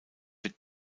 wird